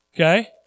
Okay